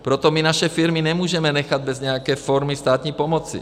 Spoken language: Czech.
Proto my naše firmy nemůžeme nechat bez nějaké formy státní pomoci.